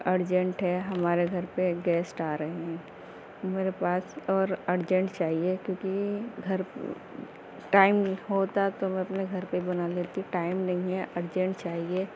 urgent ہے ہمارے گھر پہ ایک گیسٹ آ رہے ہیں میرے پاس اور ارجینٹ چاہیے کیوںکہ گھر ٹائم ہوتا تو میں اپنے گھر پہ بنا لیتی ٹائم نہیں ہے ارجینٹ چاہیے